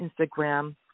Instagram